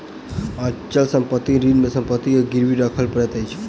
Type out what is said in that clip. अचल संपत्ति ऋण मे संपत्ति के गिरवी राखअ पड़ैत अछि